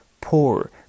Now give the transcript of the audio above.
poor